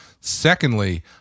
Secondly